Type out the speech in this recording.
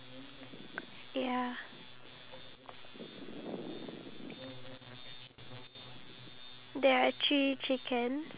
if I were to give a chicken a chicken for him for it to eat is that considered wrong